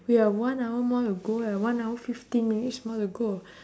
we have one hour more to go eh one hour fifteen minutes more to go